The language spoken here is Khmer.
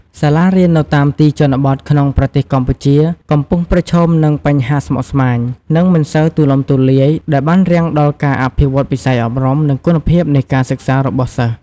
សាលារៀននៅតាមទីជនបទក្នុងប្រទេសកម្ពុជា កំពុងប្រឈមមុខនឹងបញ្ហាស្មុគស្មាញ និងមិនសូវទូលំទូលាយ ដែលបានរាំងដល់ការអភិវឌ្ឍវិស័យអប់រំ និងគុណភាពនៃការសិក្សារបស់សិស្ស។